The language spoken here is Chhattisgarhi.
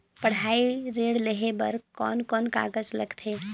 पढ़ाई ऋण लेहे बार कोन कोन कागज लगथे?